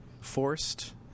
forced